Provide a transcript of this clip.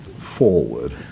forward